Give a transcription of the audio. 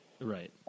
Right